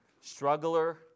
struggler